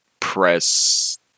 press